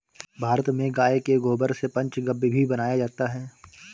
भारत में गाय के गोबर से पंचगव्य भी बनाया जाता है